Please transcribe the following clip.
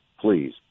Please